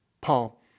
Paul